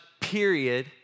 period